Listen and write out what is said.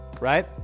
right